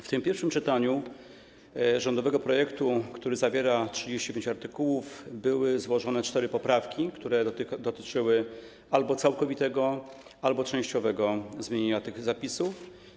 W tym pierwszym czytaniu rządowego projektu, który zawiera 35 artykułów, zostały złożone cztery poprawki, które dotyczyły albo całkowitego, albo częściowego zmienienia tych zapisów.